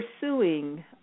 pursuing